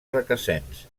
requesens